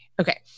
Okay